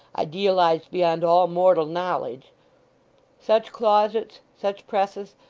idealised beyond all mortal knowledge such closets, such presses,